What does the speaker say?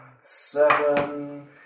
seven